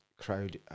crowd